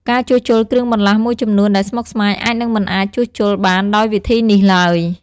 ការជួសជុលគ្រឿងបន្លាស់មួយចំនួនដែលស្មុគស្មាញអាចនឹងមិនអាចជួសជុលបានដោយវិធីនេះឡើយ។